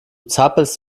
zappelst